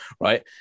Right